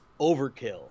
Overkill